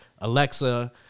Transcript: Alexa